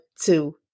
two